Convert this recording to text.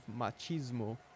machismo